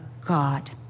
God